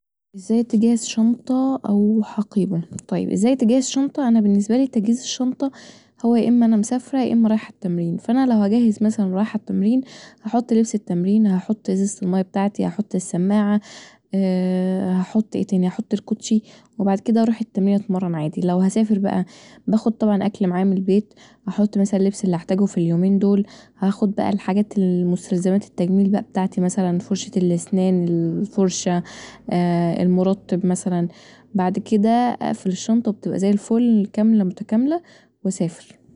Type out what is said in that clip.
ازاي تجهز شنطه او حقيبه طيب ازاي تجهز شنطه انا بالنسبالي تجهيز الشنطه هو يا اما انا مسافره يا اما رايحه التمرين فأنا لو هجهز مثلا رايحه التمرين هحط لبس التمرين هحط ازازة المية بتاعتي هحط السماعه هحط ايه تاني هحط الكوتشي وبعد كدا اروح التمرين اتمرن عادي لو هسافر بقي باخد طبعا اكل معايا من البيت بحط اللبس اللي هاحتاجه في اليومين دول هاخد بقي مستلزمات التجميل بقي بتاعتي فرشة الاسنان الفرشه المرطب مثلا بعد كدا اقفل الشنطه كامله متكامله واسافر